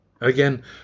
again